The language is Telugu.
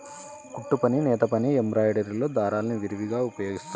కుట్టుపని, నేతపని, ఎంబ్రాయిడరీలో దారాల్ని విరివిగా ఉపయోగిస్తారు